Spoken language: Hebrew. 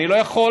אני לא יכול.